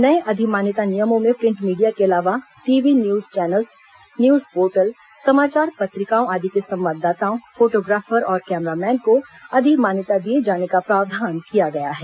नये अधिमान्यता नियमों में प्रिंट मीडिया के अलावा TV news channels news portal समाचार पत्रिकाओं आदि के संवाददाताओं फोटोग्राफर और कैमरामैन को अधिमान्यता दिए जाने का प्रावधान किया गया है